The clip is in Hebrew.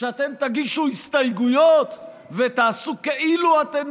שאתן תגישו הסתייגויות ותעשו כאילו אתן